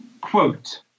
quote